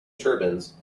turbans